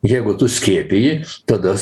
jeigu tu skiepiji tada